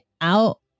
out